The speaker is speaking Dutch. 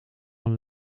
een